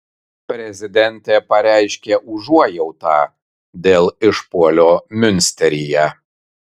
prezidentė pareiškė užuojautą dėl išpuolio miunsteryje